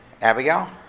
Abigail